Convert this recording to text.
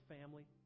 family